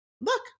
look